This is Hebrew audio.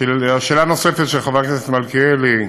שאלה נוספת של חבר הכנסת מלכיאלי,